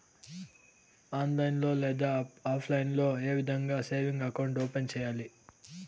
online లో లేదా offline లో ఏ విధంగా సేవింగ్ అకౌంట్ ఓపెన్ సేయాలి